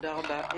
תודה רבה.